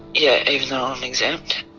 yeah, even though i'm exempt.